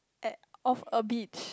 at of a beach